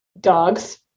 Dogs